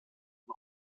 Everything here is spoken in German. von